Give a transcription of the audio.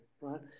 right